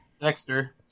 Dexter